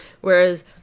Whereas